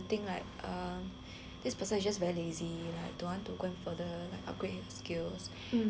this person is just very lazy like don't want to go further upgrade skills then